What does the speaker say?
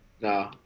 No